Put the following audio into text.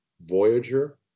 Voyager